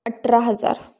अठरा हजार